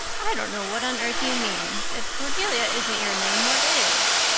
i don't know what on earth you mean. if cordelia isn't your name, what is?